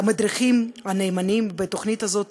המדריכים הנאמנים בתוכנית הזאת,